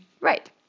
right